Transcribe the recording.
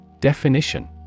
Definition